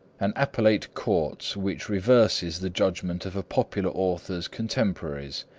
an appellate court which reverses the judgment of a popular author's contemporaries,